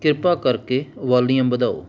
ਕਿਰਪਾ ਕਰਕੇ ਵਾਲੀਯੂਮ ਵਧਾਉ